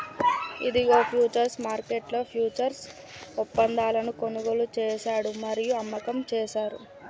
ఇదిగో ఫ్యూచర్స్ మార్కెట్లో ఫ్యూచర్స్ ఒప్పందాలను కొనుగోలు చేశాడు మరియు అమ్మకం చేస్తారు